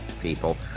people